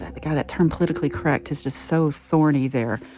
that like that term politically correct is just so thorny there.